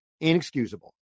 inexcusable